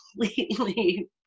completely